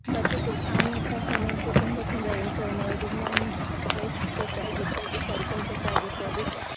ಮತ್ತು ತುಂಬ ಆರನೇ ಕ್ಲಾಸಲ್ಲಂತು ತುಂಬ ತುಂಬ ಎಂಜಾಯ್ ಮಾಡಿದ್ದು ಮಾ ಮಿಸ್ ಮಿಸ್ ಜೊತೆಯಾಗಿರ್ಬೋದು ಸರ್ಗಳ ಜೊತೆಯಾಗಿರ್ಬೋದು